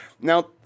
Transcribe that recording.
Now